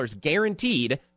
guaranteed